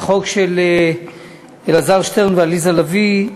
לחוק של אלעזר שטרן ועליזה לביא,